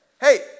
Hey